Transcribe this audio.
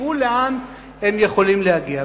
תראו לאן הם יכולים להגיע.